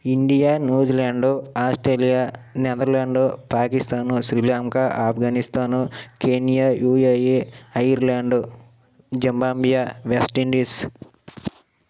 India New Zealand Australia Netherland Pakistan Sri Lanka Afghanistan Kenya UAE Ireland Zimbabwe West Indies